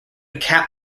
cap